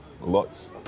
lots